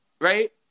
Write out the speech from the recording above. Right